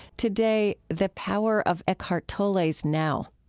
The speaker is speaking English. today, the power of eckhart tolle's now.